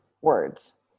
words